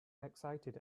excited